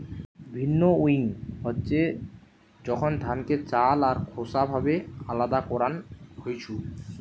ভিন্নউইং হচ্ছে যখন ধানকে চাল আর খোসা ভাবে আলদা করান হইছু